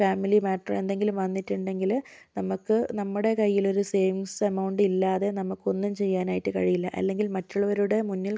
family മാറ്ററോ എന്തെങ്കിലും വന്നിട്ടുണ്ടെങ്കിൽ നമുക്ക് നമ്മുടെ കയ്യിൽ ഒരു സേവിങ്സ് എമൗണ്ട് ഇല്ലാതെ നമുക്ക് ഒന്നും ചെയ്യാനായിട്ട് കഴിയില്ല അല്ലെങ്കിൽ മറ്റുള്ളവരുടെ മുന്നിൽ